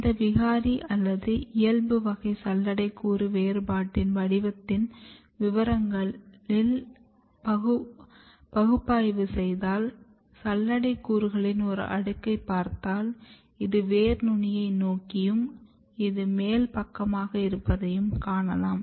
இந்த விகாரி அல்லது இயல்பு வகை சல்லடை கூறு வேறுபாட்டின் வடிவத்தின் விவரங்களில் பகுப்பாய்வு செய்தால் சல்லடை கூறுகளின் ஒரு அடுக்கை பார்த்தால் இது வேர் நுனியை நோக்கியும் இது மேல் பக்கமாக இருப்பதையும் காணலாம்